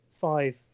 five